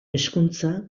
hezkuntza